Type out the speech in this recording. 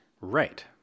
Right